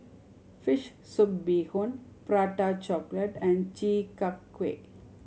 fish soup bee hoon Prata Chocolate and Chi Kak Kuih